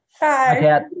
Hi